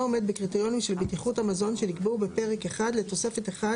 עומד בקריטריונים של בטיחות המזון שנקבעו בפרק 1 לתוספת 1,